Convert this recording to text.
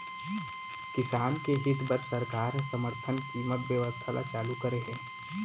किसान के हित बर सरकार ह समरथन कीमत बेवस्था ल चालू करे हे